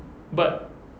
but